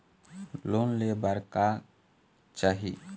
Loan ले बार का चाही?